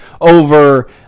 over